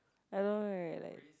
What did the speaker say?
I know right like